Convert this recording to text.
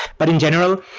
but in general,